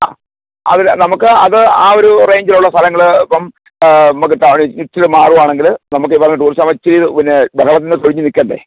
ആ അതില് നമുക്ക് അത് ആ ഒരൂ റേഞ്ചിലുള്ള സ്ഥലങ്ങൾ ഇപ്പം നമുക്ക് ടൗണ് ഇച്ചിരിയും കൂട്ടെ മാറുവാണെങ്കില് നമുക്ക് ഈ പറഞ്ഞ ടൂറിസ്റ്റാകുമ്പം ഇച്ചിരി ഇത് പിന്നേ ബഹളത്തിൽ നിന്നൊക്കെ ഒഴിഞ്ഞ് നിൽക്കണ്ടേ